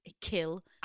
kill